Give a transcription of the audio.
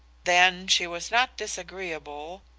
then she was not disagreeable,